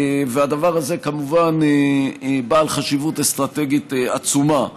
והדבר הזה כמובן הוא בעל חשיבות אסטרטגית עצומה.